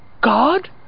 God